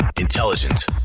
Intelligent